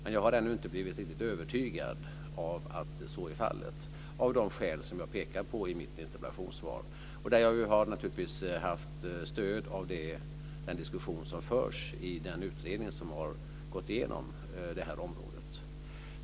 Men jag har ännu inte blivit riktig övertygad om att så är fallet av de skäl som jag har pekat på i mitt interpellationssvar. Där har jag naturligtvis haft stöd av den diskussion som förs i den utredning som har gått igenom detta område.